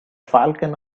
falcon